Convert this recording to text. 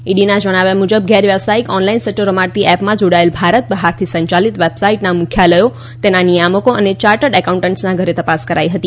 ઈડીના જણાવ્યા મુજબ ગેરવ્યવસાયિક ઓનલાઈન સદ્દો રમાડતી એપમાં જોડાયેલ ભારત બહારથી સંયાલિત વેબસાઈટના મુખ્યાલયો તેના નિયામકો અને યાર્ટર્ડ એકાઉન્ટન્સના ઘરે તપાસ કરાઈ હતી